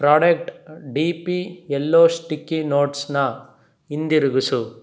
product D P yellow sticky ನೋಟ್ಸ್ನ ಹಿಂದಿರುಗಿಸು